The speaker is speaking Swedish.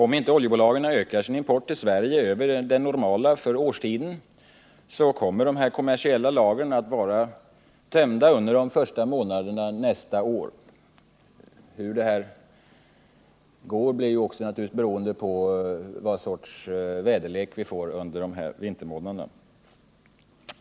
Om inte oljebolagen ökar sin import till Sverige över det normala för årstiden, så kommer de kommersiella lagren att vara tömda under de första månaderna nästa år. Hur utvecklingen blir är naturligtvis också beroende på vilken sorts väderlek vi får under de kommande vintermånaderna.